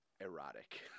erotic